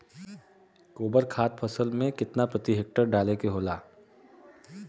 गोबर खाद फसल में कितना प्रति हेक्टेयर डाले के होखेला?